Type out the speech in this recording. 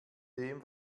dem